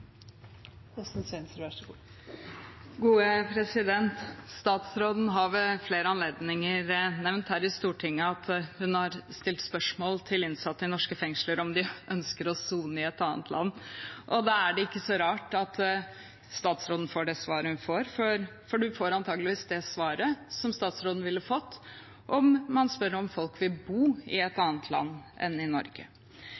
Statsråden har ved flere anledninger nevnt her i Stortinget at hun har stilt spørsmål til innsatte i norske fengsler om de ønsker å sone i et annet land. Det er ikke så rart at statsråden får det svaret hun får, for man får antagelig det samme svaret som statsråden ville fått om hun hadde spurt om folk ville bo i et